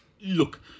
Look